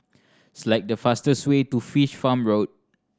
select the fastest way to Fish Farm Road